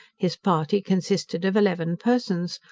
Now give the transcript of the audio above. his party consisted of eleven persons,